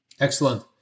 Excellent